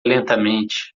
lentamente